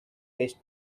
waste